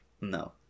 no